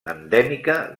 endèmica